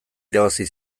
irabazi